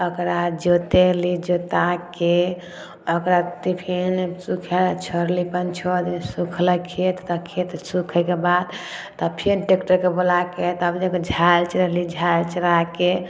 ओकरा जोतेली जोताके ओकरा तऽ फेन सुखै छोड़ली पाँच छओ दिन सुखलै खेत तऽ खेत सुखैके बाद तऽ फेन टेक्टरके बोलाके तब जे झालि छोड़ैली झालि छोड़ाके